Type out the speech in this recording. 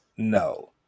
No